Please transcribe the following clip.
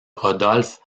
rodolphe